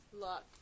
Luck